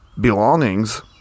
belongings